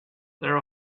there